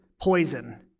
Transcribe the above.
poison